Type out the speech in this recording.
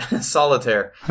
Solitaire